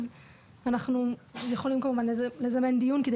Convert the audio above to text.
אז אנחנו יכולים כמובן לזמן דיון כדי